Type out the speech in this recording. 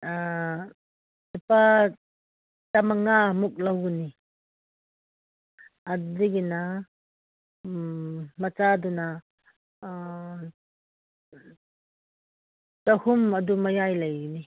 ꯂꯨꯄꯥ ꯆꯥꯝꯃꯉꯥꯃꯨꯛ ꯂꯧꯒꯅꯤ ꯑꯗꯨꯒꯤꯅ ꯃꯆꯥꯗꯨꯅ ꯆꯍꯨꯝ ꯑꯗꯨ ꯃꯌꯥ ꯂꯩꯒꯅꯤ